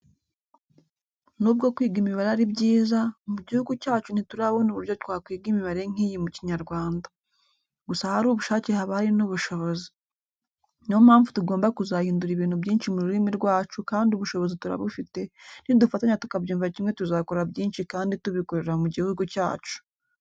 Nubwo kwiga imibare ari byiza, mu gihugu cyacu ntiturabona uburyo twakwiga imibare nk'iyi mu Kinyarwanda. Gusa ahari ubushake haba hari n'ubushobozi. Ni yo mpamvu tugomba kuzahindura ibintu byinshi mu rurimi rwacu kandi ubushobozi turabufite, nidufatanya tukabyumva kimwe tuzakora byinshi kandi tubikorera mu gihugu cyacu.